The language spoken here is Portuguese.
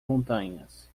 montanhas